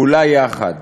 כולה יחד,